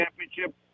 championship